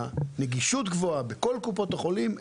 והנגישות היא גבוהה בכל קופות החולים,